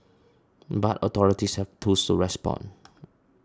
but authorities have tools to respond